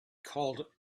called